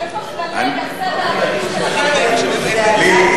איפה כללי הסדר התקינים של הבית הזה?